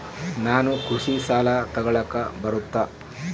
ನಾನು ಕೃಷಿ ಸಾಲ ತಗಳಕ ಬರುತ್ತಾ?